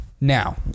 Now